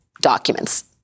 documents